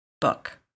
book